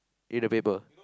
in the paper